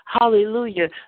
Hallelujah